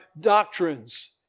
doctrines